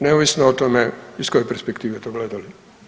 Neovisno o tome iz koje perspektive to gledali.